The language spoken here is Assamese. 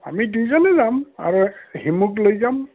আমি দুইজনে যাম আৰু হিমুক লৈ যাম